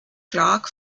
clark